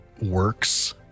works